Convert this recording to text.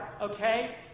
okay